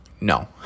No